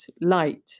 light